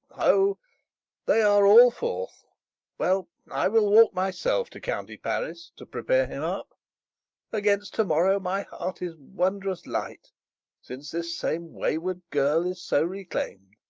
ho they are all forth well, i will walk myself to county paris, to prepare him up against to-morrow my heart is wondrous light since this same wayward girl is so reclaim'd.